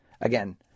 Again